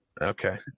okay